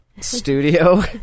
studio